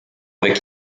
avec